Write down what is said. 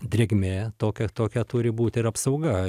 drėgmė tokia tokia turi būti ir apsauga